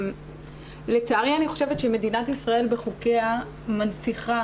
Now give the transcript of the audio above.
לצערי אני חושבת שמדינת ישראל בחוקיה מנציחה